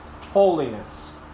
holiness